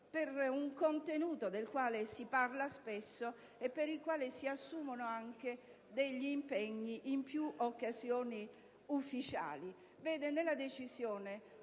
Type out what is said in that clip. del cui contenuto si parla spesso e per il quale si assumono anche impegni in più occasioni ufficiali.